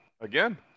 again